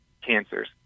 cancers